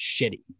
shitty